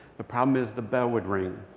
the problem is, the bell would ring.